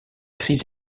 cris